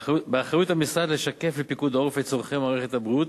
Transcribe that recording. באחריות המשרד לשקף לפיקוד העורף את צורכי מערכת הבריאות,